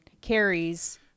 carries